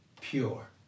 pure